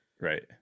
Right